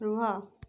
ରୁହ